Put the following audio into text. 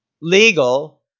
legal